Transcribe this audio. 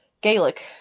Gaelic